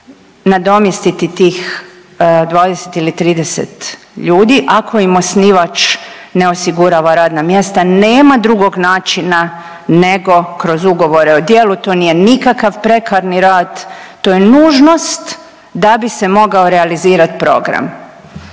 nadomjestiti tih 20 ili 30 ljudi ako im osnivač ne osigura ova radna mjesta, nema drugog načina nego kroz ugovore o djelu. To nije nikakav prekarni rad, to je nužnost da bi se mogao realizirat program